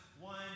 one